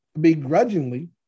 begrudgingly